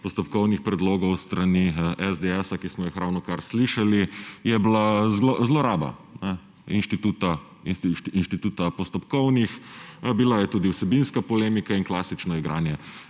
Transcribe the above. postopkovnih predlogov s strani SDS, ki smo jih ravnokar slišali, je bila zloraba instituta postopkovnih, bila je tudi vsebinska polemika in klasično igranje